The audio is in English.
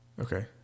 okay